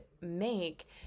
make